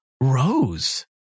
Rose